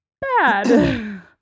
bad